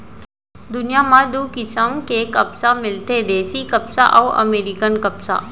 दुनियां म दू किसम के कपसा मिलथे देसी कपसा अउ अमेरिकन कपसा